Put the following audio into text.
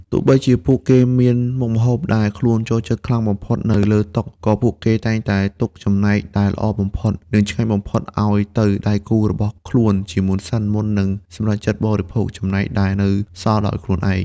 ទោះបីជាពួកគេមានមុខម្ហូបដែលខ្លួនចូលចិត្តខ្លាំងបំផុតនៅលើតុ ក៏ពួកគេតែងតែទុកចំណែកដែលល្អបំផុត និងឆ្ងាញ់បំផុតឱ្យទៅដៃគូរបស់ខ្លួនជាមុនសិន មុននឹងសម្រេចចិត្តបរិភោគចំណែកដែលនៅសល់ដោយខ្លួនឯង។